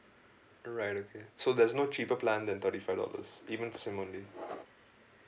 alright okay so there's no cheaper plan than thirty five dollars even SIM only